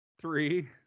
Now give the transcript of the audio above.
three